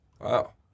Wow